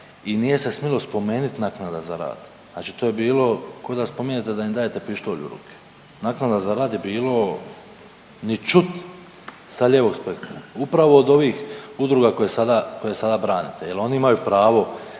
i nije se smjelo spomenuti naknada za rad. Znači to je bilo ko da spominjete da im dajete pištolj u ruke. Naknada za rad je bilo ni čut sa lijevog sprektra upravo od ovih udruga koje sada branite jer oni imaju pravo